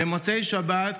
במוצאי שבת,